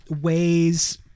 ways